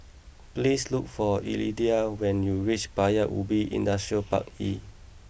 please look for when you reach Paya Ubi Industrial Park E